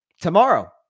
Tomorrow